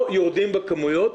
פה יורדים בכמויות,